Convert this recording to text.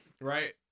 right